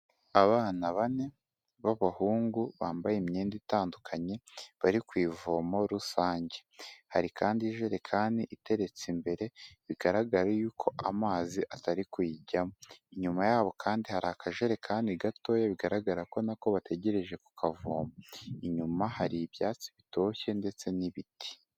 Abana bane b'abahungu, bambaye imyenda itandukanye, bari ku ivomo rusange, hari kandi ijerekani iteretse imbere, bigaragara y'uko amazi atari kuyijyamo, inyuma yabo kandi hari akajerekani gatoya, bigaragara ko na ko bategereje ku kavoma, inyuma hari ibyatsi bitoshye ndetse n'ibiti.